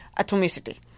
atomicity